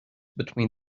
between